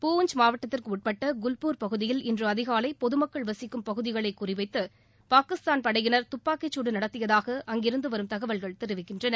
பூஞ்ச் மாவட்டத்திற்குட்பட்ட குல்பூர் பகுதியில் இன்று அதிகாலை பொதுமக்கள் வசிக்கும் பகுதிகளை குறி வைத்து பாகிஸ்தான் படையினர் தப்பாக்கிச் சூடு நடத்தியதாக அங்கிருந்து வரும் தகவல்கள் தெரிவிக்கின்றன